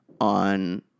on